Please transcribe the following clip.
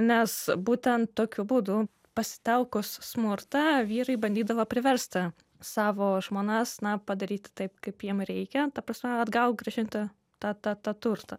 nes būtent tokiu būdu pasitelkus smurtą vyrai bandydavo priversti savo žmonas na padaryti taip kaip jiem reikia ta prasme atgal grąžinti tą tą tą turtą